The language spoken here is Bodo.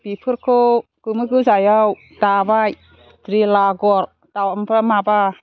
बेफोरखौ गोमो गोजायाव दाबाय रिला आगर ओमफ्राय माबा